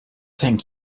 thank